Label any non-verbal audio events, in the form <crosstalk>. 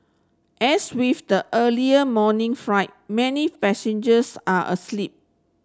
as with the earlier morning <unintelligible> many passengers are asleep